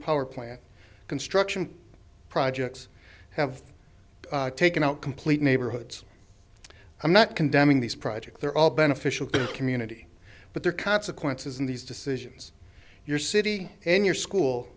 power plant construction projects have taken out complete neighborhoods i'm not condemning these projects they're all beneficial to the community but there are consequences in these decisions your city and your school